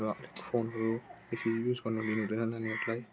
र फोनहरू बेसी युज गर्नु दिनुहुँदैन नानीहरूलाई